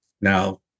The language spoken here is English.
now